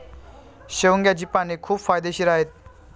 शेवग्याची पाने खूप फायदेशीर आहेत